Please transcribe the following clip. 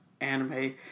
anime